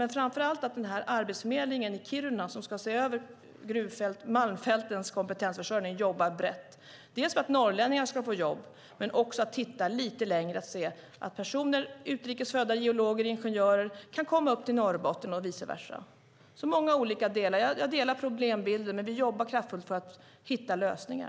Men framför allt gäller det att Arbetsförmedlingen i Kiruna, som ska se över Malmfältens kompetensförsörjning, jobbar brett. Det handlar dels om att norrlänningar ska få jobb, dels om att titta lite längre och se till att andra personer, utrikes födda geologer och ingenjörer kan komma upp till Norrbotten och vice versa. Det finns många olika delar. Jag delar synen på problembilden, men vi jobbar kraftfullt för att hitta lösningar.